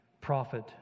prophet